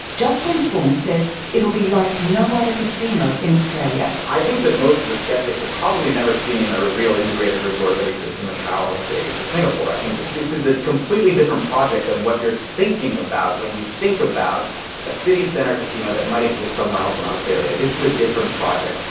justin fung says it'll be like no other casino in australia. i think that most of the sceptics have probably never seen a real integrated resort that exists in macau or las vegas or singapore. i think this is a completely different project than what you're thinking about when you think about a city centre casino that might exist somewhere else in australia. this is a different project.